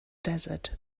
desert